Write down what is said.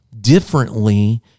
differently